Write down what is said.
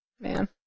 Man